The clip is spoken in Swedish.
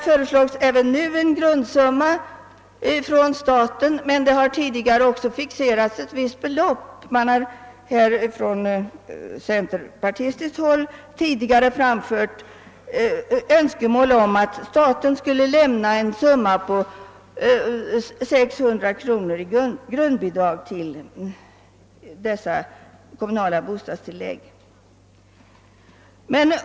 Från centerpartihåll har man tidigare framfört önskemål om att staten skulle lämna en summa på 600 kronor i grundbidrag till dessa kommunala bostadstillägg.